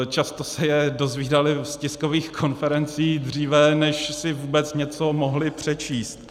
Často se je dozvídali z tiskových konferencí dříve, než si vůbec něco mohli přečíst.